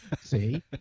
See